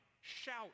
Shout